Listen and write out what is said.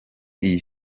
iyi